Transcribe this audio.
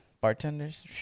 Bartenders